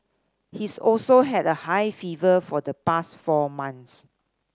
he's also had a high fever for the past four months